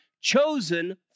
chosen